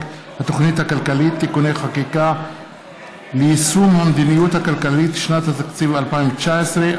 התוכנית הכלכלית (תיקוני חקיקה ליישום המדיניות הכלכלית לשנת התקציב 2019),